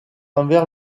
envers